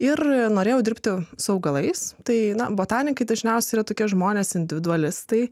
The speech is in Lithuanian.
ir norėjau dirbti su augalais tai na botanikai dažniausiai tokie žmonės individualistai